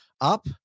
up